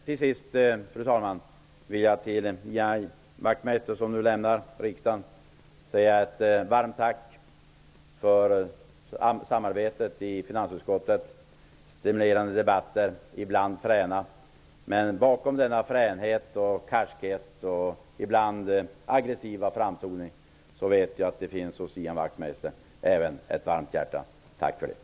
Till sist, fru talman, vill jag till Ian Wachtmeister, som nu lämnar riksdagen, säga ett varmt tack för samarbetet i finansutskottet och för stimulerande debatter, ibland fräna. Men bakom denna fränhet, karskhet och ibland aggressiva framtoning vet jag att det hos Ian Wachtmeister finns ett varmt hjärta. Tack för det.